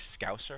Scouser